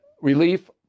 relief